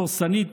דורסנית,